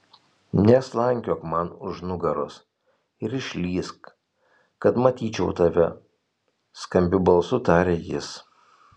neslankiok man už nugaros ir išlįsk kad matyčiau tave skambiu balsu tarė jis